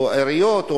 עיריות,